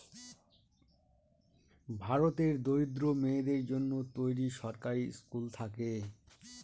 ভারতের দরিদ্র মেয়েদের জন্য তৈরী সরকারি স্কুল থাকে